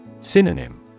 Synonym